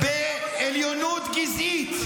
חלאות שמאמינים בעליונות גזעית.